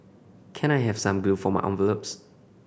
can I have some glue for my envelopes